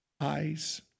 eyes